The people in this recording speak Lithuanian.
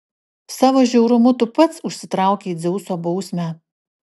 savo žiaurumu tu pats užsitraukei dzeuso bausmę